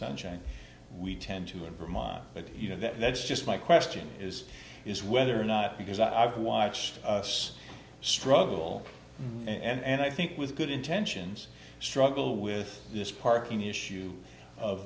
sunshine we tend to in vermont but you know that's just my question is is whether or not because i've watched us struggle and i think with good intentions struggle with this parking issue of